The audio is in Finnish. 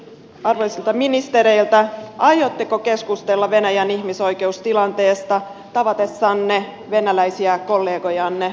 kysynkin arvoisilta ministereiltä aiotteko keskustella venäjän ihmisoikeustilanteesta tavatessanne venäläisiä kollegojanne olympialaisten yhteydessä